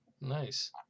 Nice